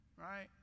Right